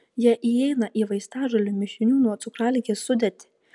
jie įeina į vaistažolių mišinių nuo cukraligės sudėtį